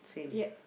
yeah